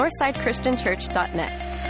northsidechristianchurch.net